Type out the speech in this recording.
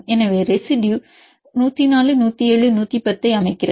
எனவே இந்த ரெசிடுயு 104 107 110 ஐ அமைக்கிறது